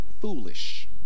foolish